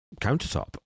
countertop